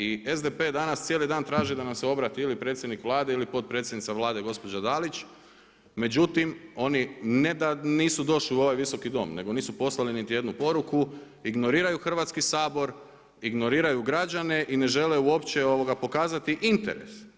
I SDP danas cijeli dan traži da nam se obrati ili predsjednik Vlade ili potpredsjednica Vlade gospođa Dalić međutim oni ne da nisu došli u ovaj Visoki dom nego nisu poslali niti jednu poruku, ignoriraju Hrvatski sabor, ignoriraju građane i ne žele uopće pokazati interes.